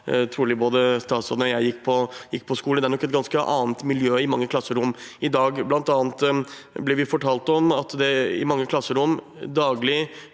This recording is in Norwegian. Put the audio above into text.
trolig både statsråden og jeg gikk på skole. Det er nok et ganske annet miljø i mange klasserom i dag. Blant annet blir vi fortalt at det i mange klasserom daglig